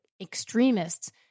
extremists